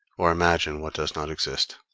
or imagine what does not exist.